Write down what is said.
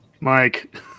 Mike